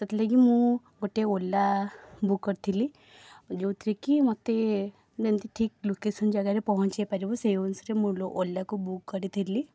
ସେଥିଲାଗି ମୁଁ ଗୋଟେ ଓଲା ବୁକ୍ କରିଥିଲି ଯେଉଁଥିରେକି ମୋତେ ଯେମିତି ଠିକ୍ ଲୋକେଶନ୍ ଜାଗାରେ ପହଞ୍ଚେଇ ପାରିବ ସେହି ଅନୁସାରେ ମୁଁ ଓଲାକୁ ବୁକ୍ କରିଥିଲି